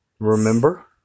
Remember